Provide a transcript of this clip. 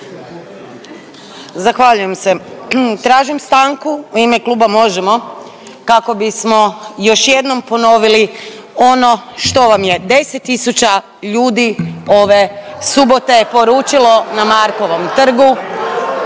Zahvaljujem se. Tražim stanku u ime Kluba Možemo! kako bismo još jednom ponovili ono što vam je 10 tisuća ljudi ove subote poručilo na Markovom trgu,